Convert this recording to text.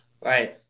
Right